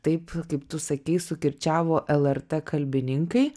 taip kaip tu sakei sukirčiavo lrt kalbininkai